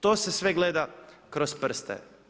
To se sve gleda kroz prste.